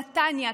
בנתניה,